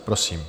Prosím.